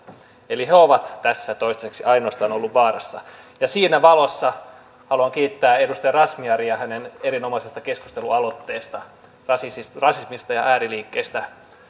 eli ainoastaan he ovat tässä toistaiseksi olleet vaarassa ja siinä valossa haluan kiittää edustaja razmyaria hänen erinomaisesta keskustelualoitteestaan rasismista rasismista ja ääriliikkeistä